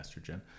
estrogen